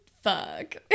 fuck